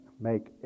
Make